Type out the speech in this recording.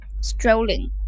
Strolling